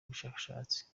bushakashatsi